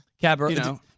cabaret